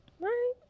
Right